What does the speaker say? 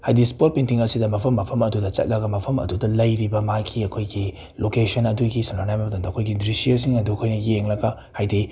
ꯍꯥꯏꯗꯤ spot painting ꯑꯁꯤꯗ ꯃꯐꯝ ꯃꯐꯝ ꯑꯗꯨꯗ ꯆꯠꯂꯒ ꯃꯐꯝ ꯑꯗꯨꯗ ꯂꯩꯔꯤꯕ ꯃꯥꯒꯤ ꯑꯩꯈꯣꯏꯒꯤ ꯂꯣꯀꯦꯁꯟ ꯑꯗꯨꯒꯤ ꯁꯅꯅꯕ ꯃꯇꯝꯗ ꯑꯩꯈꯣꯏꯒꯤ ꯗ꯭ꯔꯤꯁ꯭ꯌꯥꯁꯤꯡ ꯑꯗꯨ ꯑꯩꯈꯣꯏꯅ ꯌꯦꯡꯂꯒ ꯍꯥꯏꯗꯤ